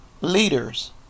leaders